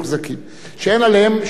שאין עליהם שום ריבונות.